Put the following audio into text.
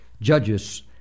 Judges